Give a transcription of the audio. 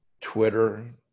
Twitter